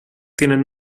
tienen